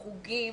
חוגים,